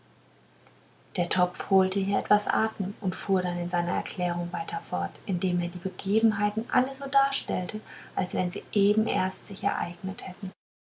der topf holte hier etwas atem und fuhr dann in seiner erzählung weiter fort indem er die begebenheiten alle so darstellte als wenn sie eben erst sich ereignet hätten